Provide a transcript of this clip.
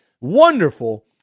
Wonderful